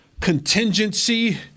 contingency